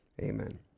Amen